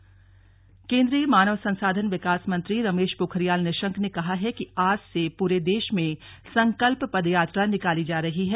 निशंक की पदयात्रा केंद्रीय मानव संसाधन विकास मंत्री रमेश पोखरियाल निशंक ने कहा है कि आज से पूरे देश मे संकल्प पदयात्रा निकाली जा रही है